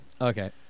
Okay